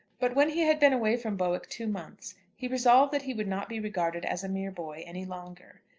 but when he had been away from bowick two months he resolved that he would not be regarded as a mere boy any longer.